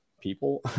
people